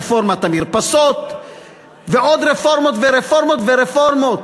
רפורמת המרפסות ועוד רפורמות ורפורמות ורפורמות.